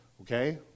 Okay